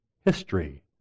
history